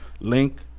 link